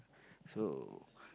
so